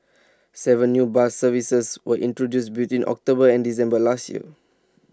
Seven new bus services were introduced between October and December last year